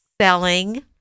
selling